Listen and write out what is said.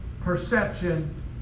perception